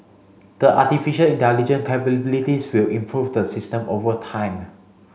the artificial intelligence capabilities will improve the system over time